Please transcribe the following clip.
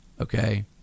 okay